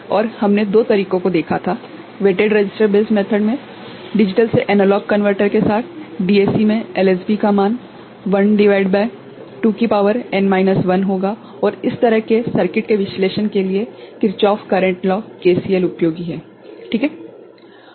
और हमने दो तरीकों को देखा था - वेटेड रसिस्टर विधि में डिजिटल से एनालॉग कनवर्टर के साथ DAC में LSB का मान 1 भागित 2 की शक्ति n 1 होगा और इस तरह के सर्किट के विश्लेषण के लिए किर्चौफ करेंट लॉंKirchhoffs current law KCL उपयोगी है ठीक है